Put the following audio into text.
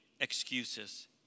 excuses